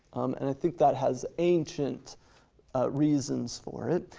and i think that has ancient reasons for it,